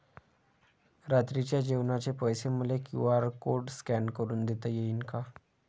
रात्रीच्या जेवणाचे पैसे मले क्यू.आर कोड स्कॅन करून देता येईन का?